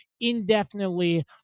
indefinitely